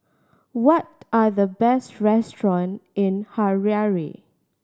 what are the best restaurants in Harare